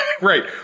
right